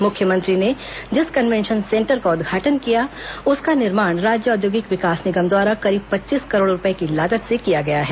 मुख्यमंत्री ने जिस कनवेंशन सेंटर का उदघाटन किया उसका निर्माण राज्य औद्योगिक विकास निगम द्वारा करीब पच्चीस करोड़ रूपए की लागत से किया गया है